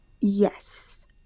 Yes